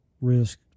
risk